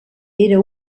era